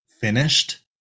finished